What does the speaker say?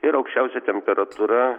ir aukščiausia temperatūra